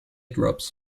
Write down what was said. drops